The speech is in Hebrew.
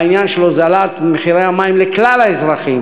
בעניין של הוזלת מחירי המים לכלל האזרחים